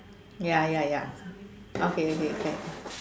ya ya ya okay okay can